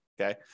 okay